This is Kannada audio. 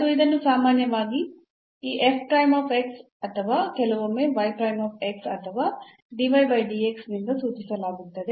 ಮತ್ತು ಇದನ್ನು ಸಾಮಾನ್ಯವಾಗಿ ಈ ಅಥವಾ ಕೆಲವೊಮ್ಮೆ ಅಥವಾ ನಿಂದ ಸೂಚಿಸಲಾಗುತ್ತದೆ